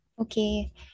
Okay